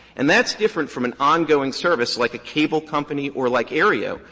and that's different from an ongoing service, like a cable company or like aereo,